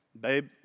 Babe